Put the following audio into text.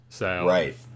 Right